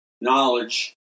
knowledge